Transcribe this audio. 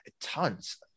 tons